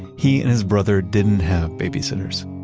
he and his brother didn't have babysitters.